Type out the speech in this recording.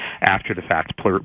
after-the-fact